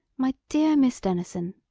my dear miss denison!